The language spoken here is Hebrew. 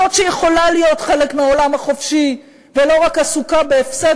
זאת שיכולה להיות חלק מהעולם החופשי ולא רק עסוקה בהפסד